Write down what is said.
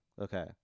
Okay